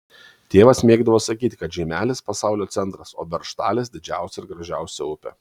tėvas mėgdavo sakyti kad žeimelis pasaulio centras o beržtalis didžiausia ir gražiausia upė